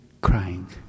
crying